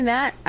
Matt